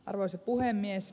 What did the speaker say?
arvoisa puhemies